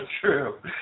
true